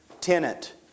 tenant